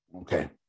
okay